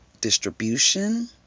distribution